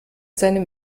seinem